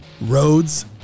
Roads